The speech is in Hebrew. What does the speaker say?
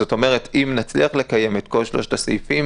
זאת אומרת שאם נצליח לקיים את כל שלושת הסעיפים